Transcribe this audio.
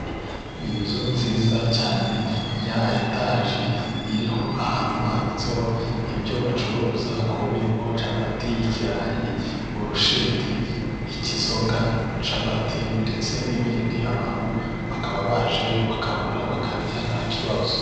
Inzu nziza cyane ya etage, iriho ahantu handitseho ibyo bacuruza ko birimo capati, ibirayi, burusheti, ikizoga capati ndetse n'ibindi, abantu bakaba bajyayo bakagura bakarya nta kibazo.